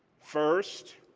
first,